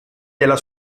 della